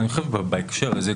בהקשר הזה,